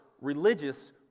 religious